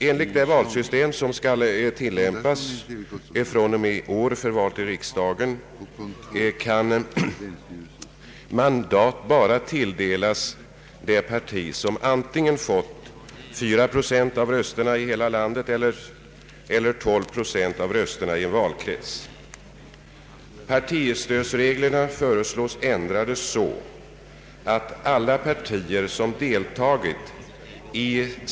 Enligt det valsystem som skall tillämpas från och med i år för val till den nya enkammarriksdagen kan mandat bara tilldelas parti, som fått antingen 4 procent av rösterna i hela landet eller 12 procent av rösterna i en valkrets.